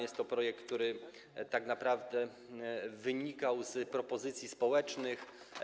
Jest to projekt, który tak naprawdę wynikał z propozycji społecznych.